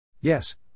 Yes